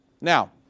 Now